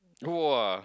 !wah!